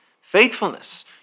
faithfulness